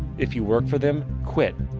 if you work for them, quit.